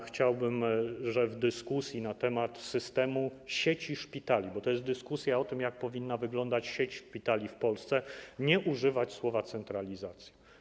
Chciałbym, żeby w dyskusji na temat systemu sieci szpitali, bo to jest dyskusja o tym, jak powinna wyglądać sieć szpitali w Polsce, nie używać słowa: centralizacja.